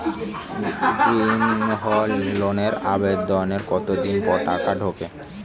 গৃহ লোনের আবেদনের কতদিন পর টাকা ঢোকে?